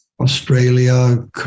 Australia